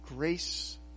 Grace